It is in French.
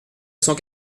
cent